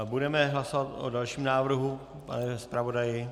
Budeme hlasovat o dalším návrhu, pane zpravodaji.